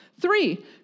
Three